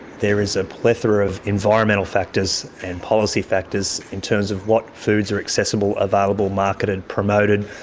there is a plethora of environmental factors and policy factors in terms of what foods are accessible, available, marketed, promoted,